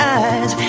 eyes